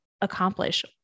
accomplish